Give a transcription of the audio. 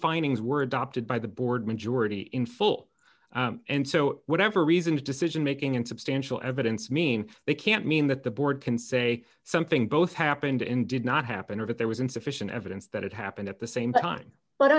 findings were adopted by the board majority in full and so whatever reason the decision making in substantial evidence mean they can't mean that the board can say something both happened in did not happen or that there was insufficient evidence that it happened at the same time but